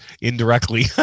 indirectly